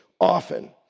often